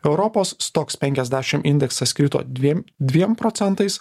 europos stocks penkiasdešim indeksas krito dviem dviem procentais